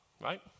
right